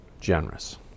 generous